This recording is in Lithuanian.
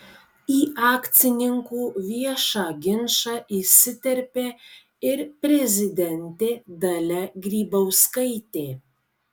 į akcininkų viešą ginčą įsiterpė ir prezidentė dalia grybauskaitė